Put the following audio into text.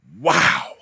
Wow